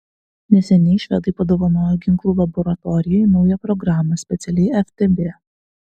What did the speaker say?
neseniai švedai padovanojo ginklų laboratorijai naują programą specialiai ftb